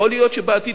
יכול להיות שבעתיד